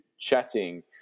chatting